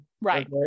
Right